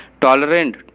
tolerant